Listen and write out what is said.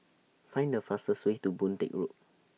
Find The fastest Way to Boon Teck Road